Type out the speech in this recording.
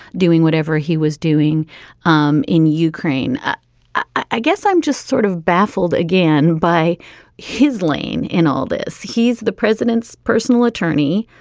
doing whatever he was doing um in ukraine i guess i'm just sort of baffled again by his lane in all this. he's the president's personal attorney.